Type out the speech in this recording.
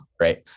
Right